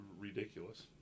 ridiculous